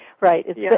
Right